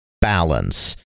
balance